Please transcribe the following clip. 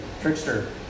trickster